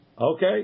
Okay